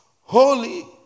Holy